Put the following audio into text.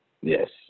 Yes